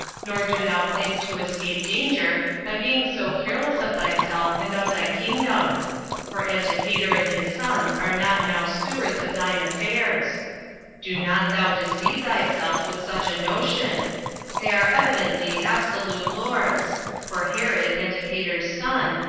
nor do thou think to escape danger by being so careless of thyself and of thy kingdom for antipater and his sons are not now stewards of thine affairs do not thou deceive thyself with such a notion they are evidently absolute lords for herod, antipater's son,